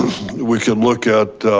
we can look at,